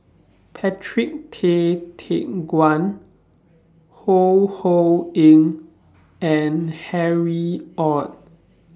Patrick Tay Teck Guan Ho Ho Ying and Harry ORD